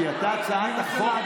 כי עלתה הצעת החוק,